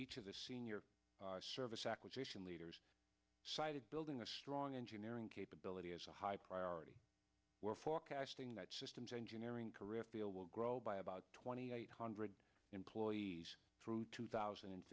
each of the senior service acquisition leaders cited building a strong engineering capability as a high priority we're forecasting that systems engineering career field will grow by about twenty eight hundred employees through two thousand and